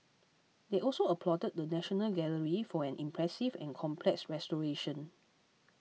they also applauded the National Gallery for an impressive and complex restoration